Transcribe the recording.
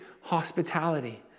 hospitality